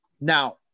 Now